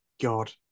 god